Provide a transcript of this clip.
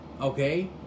Okay